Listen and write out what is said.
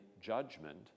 judgment